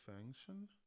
function